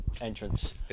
entrance